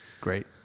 Great